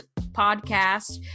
podcast